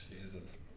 Jesus